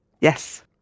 Yes